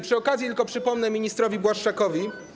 Przy okazji tylko przypomnę ministrowi Błaszczakowi.